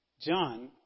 John